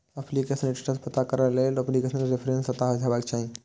application status पता करै लेल एप्लीकेशन रेफरेंस पता हेबाक चाही